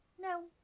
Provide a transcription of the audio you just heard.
No